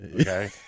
Okay